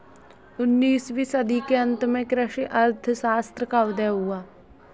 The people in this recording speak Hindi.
उन्नीस वीं सदी के अंत में कृषि अर्थशास्त्र का उदय हुआ